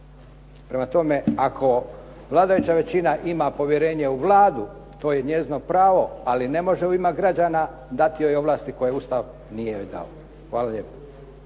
Prema tome, ako vladajuća većina ima povjerenje u Vladu to je njezino pravo, ali ne može u ime građana dati joj ovlasti koje Ustav nije joj dao. Hvala lijepo.